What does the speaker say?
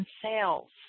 sales